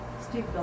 Steve